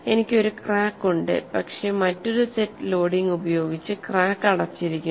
എനിക്ക് ഒരു ക്രാക്ക് ഉണ്ട് പക്ഷേ മറ്റൊരു സെറ്റ് ലോഡിംഗ് ഉപയോഗിച്ച് ക്രാക്ക് അടച്ചിരിക്കുന്നു